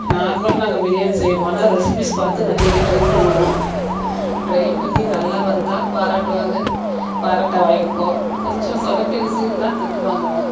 நார்மலாக நாங்கள் பிரியாணி செய்வோம் ஆனால் ரெசிபிஸ் பார்த்து நிறைய ட்ரை பண்ணுவோம் ட்ரை பண்ணி நல்லா வந்தால் பாராட்டுவாங்க பாராட்டை வாங்கிப்போம் கொஞ்சம் சொதப்பிடுச்சின்னால் திட்டு வாங்குவோம்